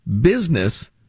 business